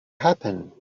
happen